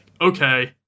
Okay